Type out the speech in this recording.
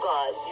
God